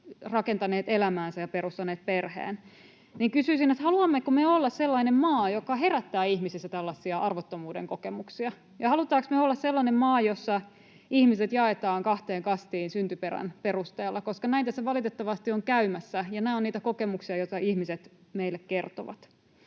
rakentaneet elämäänsä ja perustaneet perheen. Kysyisin, haluammeko me olla sellainen maa, joka herättää ihmisissä tällaisia arvottomuuden kokemuksia. Ja halutaanko me olla sellainen maa, jossa ihmiset jaetaan kahteen kastiin syntyperän perusteella, koska näin tässä valitettavasti on käymässä, ja nämä ovat niitä kokemuksia, joita ihmiset meille kertovat.